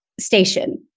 station